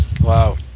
Wow